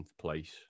place